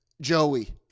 Joey